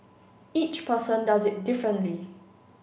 each person does it differently